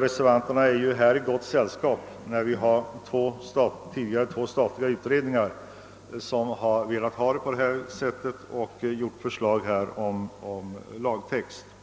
Reservanterna är härvidlag i gott sällskap, eftersom två statliga utredningar tidigare har velat ha en sådan ordning och framlagt förslag till lagtext härom.